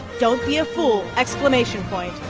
don't be a fool exclamation point.